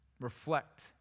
Reflect